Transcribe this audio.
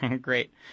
Great